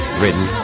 written